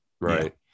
Right